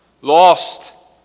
Lost